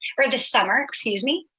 or the summer, excuse me.